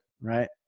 right